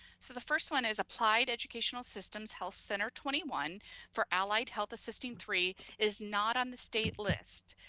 so the first one is applied education systems health center twenty one for allied health assisting three is not on the state list,